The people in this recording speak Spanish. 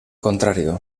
contrario